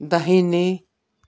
दाहिने